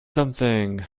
something